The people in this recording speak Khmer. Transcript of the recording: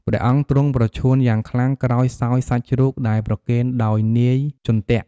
ព្រះអង្គទ្រង់ប្រឈួនយ៉ាងខ្លាំងក្រោយសោយសាច់ជ្រូកដែលប្រគេនដោយនាយចុន្ទៈ។